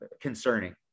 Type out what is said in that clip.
concerning